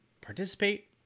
participate